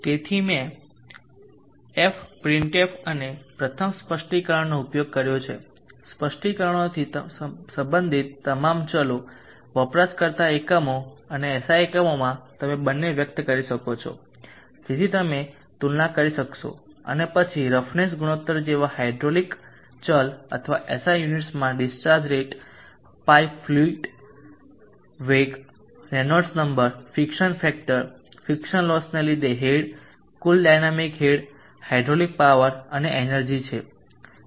તેથી મેં fprintf અને પ્રથમ સ્પષ્ટીકરણોનો ઉપયોગ કર્યો છે સ્પષ્ટીકરણોથી સંબંધિત તમામ ચલો વપરાશકર્તા એકમો અને SI એકમોમાં તમે બંને વ્યક્ત કરી શકો છો જેથી તમે તુલના કરી શકશો અને પછી રફનેસ ગુણોત્તર જેવા હાઇડ્રોલિક ચલ બધા SI યુનિટ્સમાં ડિસ્ચાર્જ રેટ પાઇપ ફ્લુઇડ વેગ Reynolds number friction factor friction લોસને લીધે હેડ કુલ ડાયનામિક હેડ હાઇડ્રોલિક પાવર અને એનર્જી છે